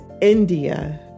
India